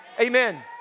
Amen